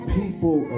people